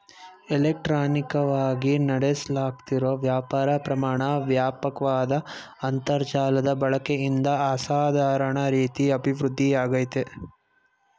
ಇಲೆಕ್ಟ್ರಾನಿಕವಾಗಿ ನಡೆಸ್ಲಾಗ್ತಿರೋ ವ್ಯಾಪಾರ ಪ್ರಮಾಣ ವ್ಯಾಪಕ್ವಾದ ಅಂತರ್ಜಾಲದ ಬಳಕೆಯಿಂದ ಅಸಾಧಾರಣ ರೀತಿ ಅಭಿವೃದ್ಧಿಯಾಗಯ್ತೆ